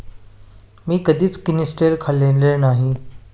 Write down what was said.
मी कधीच किनिस्टेल खाल्लेले नाही